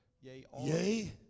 Yea